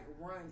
run